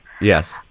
Yes